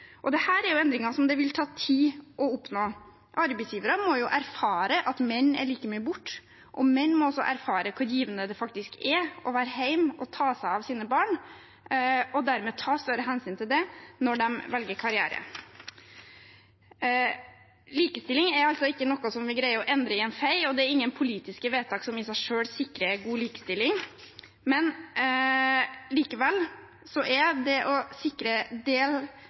er endringer som det vil ta tid å oppnå. Arbeidsgiverne må erfare at menn er like mye borte, og menn må også erfare hvor givende det faktisk er å være hjemme og ta seg av sine barn, og dermed ta større hensyn til det når de velger karriere. Likestilling er ikke noe som vi greier å sikre i en fei, og det er ingen politiske vedtak som i seg selv sikrer god likestilling. Likevel er det å sikre